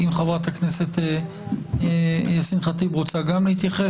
אם חברת הכנסת יאסין ח'טיב רוצה גם להתייחס,